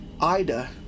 Ida